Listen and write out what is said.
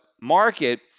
market